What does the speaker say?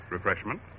Refreshment